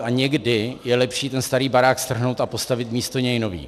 A někdy je lepší ten starý barák strhnout a postavit místo něj nový.